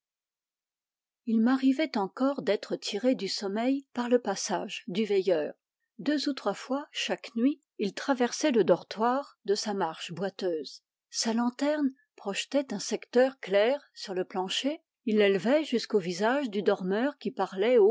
il m'arrivait encore d'être tiré du sommeil par le passage du veilleur deux ou trois fois chaque nuit il traversait le dortoir de sa marche boiteuse sa lanterne projetait un secteur clair sur le plancher il l'élevait jusqu'au visage du dormeur qui parlait